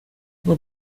nur